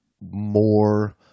more